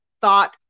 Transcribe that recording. thought